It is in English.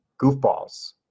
goofballs